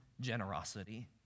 generosity